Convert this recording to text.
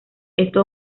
esto